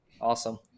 Awesome